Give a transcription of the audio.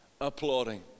applauding